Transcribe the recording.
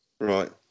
Right